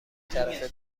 طرفه